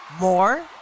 More